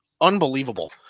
unbelievable